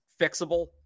fixable